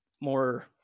more